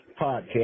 podcast